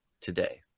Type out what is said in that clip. today